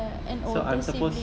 an older sibling